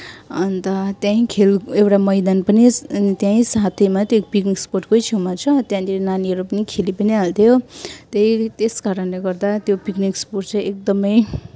अन्त त्यहीँ खेल एउटा मैदान पनि अनि त्यहीँ साथैमा त्यो पिकनिक स्पोटकै छेउमा छ त्यहाँनिर नानीहरू पनि खेलि पनि हाल्थ्यो त्यही त्यस कारणले गर्दा त्यो पिकनिक स्पोट चाहिँ एकदमै